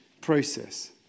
process